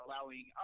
allowing